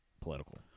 political